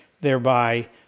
thereby